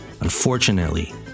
Unfortunately